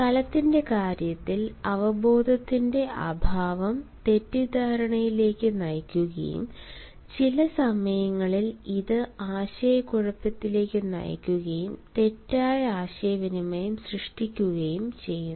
സ്ഥലത്തിന്റെ കാര്യത്തിൽ അവബോധത്തിന്റെ അഭാവം തെറ്റിദ്ധാരണയിലേക്ക് നയിക്കുകയും ചില സമയങ്ങളിൽ ഇത് ആശയക്കുഴപ്പത്തിലേക്ക് നയിക്കുകയും തെറ്റായ ആശയവിനിമയം സൃഷ്ടിക്കുകയും ചെയ്യുന്നു